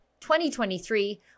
2023